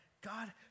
God